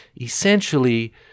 essentially